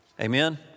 Amen